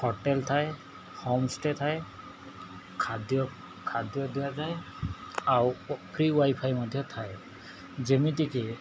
hotel ଥାଏ homestay ଥାଏ ଖାଦ୍ୟ ଖାଦ୍ୟ ଦିଆଯାଏ ଆଉ ଫ୍ରି ୱାଇଫାଇ୍ ମଧ୍ୟ ଥାଏ ଯେମିତିକି